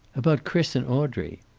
about chris and audrey?